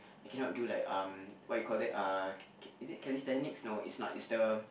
I cannot do like um what you call that uh ki~ is it Calisthenics no it's not it's the